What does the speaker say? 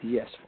Yes